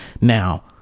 Now